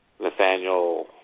Nathaniel